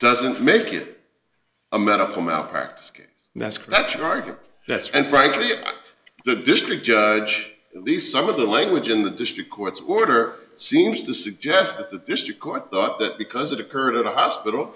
doesn't make it a medical malpractise case that's that you argue that's and frankly the district judge at least some of the language in the district court's order seems to suggest that the district court thought that because it occurred at a hospital